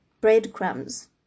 breadcrumbs